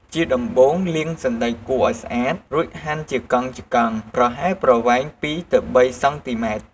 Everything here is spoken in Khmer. ជាដំបូង លាងសណ្ដែកគួរឱ្យស្អាត រួចហាន់ជាកង់ៗប្រវែងប្រហែល ២ ទៅ ៣ សង់ទីម៉ែត្រ។